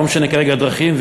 ולא משנה כרגע הדרכים,